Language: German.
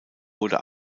wurde